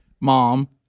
mom